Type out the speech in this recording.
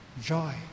joy